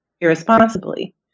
irresponsibly